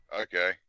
Okay